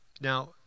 Now